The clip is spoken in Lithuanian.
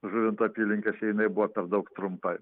žuvinto apylinkėse jinai buvo per daug trumpa